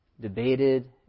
debated